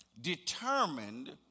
determined